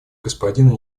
господина